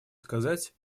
сказать